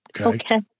Okay